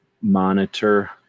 monitor